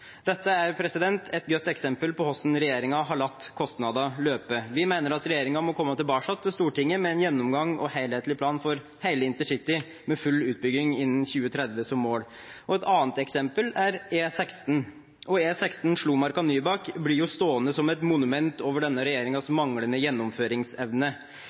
Dette er et godt eksempel på hvordan regjeringen har latt kostnadene løpe. Vi mener at regjeringen må komme tilbake til Stortinget med en gjennomgang og en helhetlig plan for hele intercity, med full utbygging innen 2030 som mål. Et annet eksempel er E16, og E16 Slomarka–Nybakk blir stående som et monument over denne regjeringens manglende gjennomføringsevne.